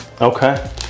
Okay